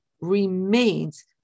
remains